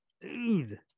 Dude